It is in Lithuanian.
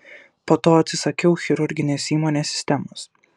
po to atsisakiau chirurginės įmonės sistemos